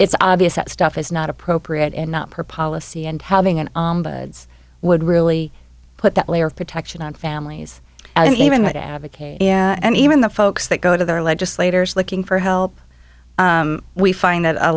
it's obvious that stuff is not appropriate and not per policy and having an i would really put that layer of protection on families and even that advocate and even the folks that go to their legislators looking for help we find that a